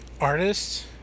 artists